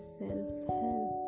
self-help